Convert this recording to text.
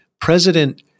president